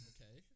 Okay